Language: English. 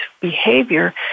behavior